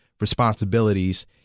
responsibilities